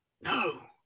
No